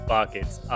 Buckets